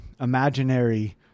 imaginary